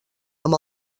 amb